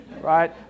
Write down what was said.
right